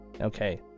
okay